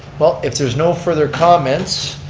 well, if there's no further comments.